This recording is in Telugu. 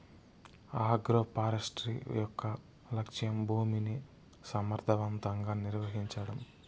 ఆగ్రోఫారెస్ట్రీ యొక్క లక్ష్యం భూమిని సమర్ధవంతంగా నిర్వహించడం